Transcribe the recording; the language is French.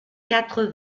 quatre